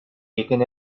taken